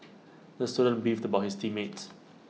the student beefed about his team mates